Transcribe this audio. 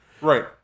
Right